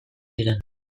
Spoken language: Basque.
ziren